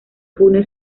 junio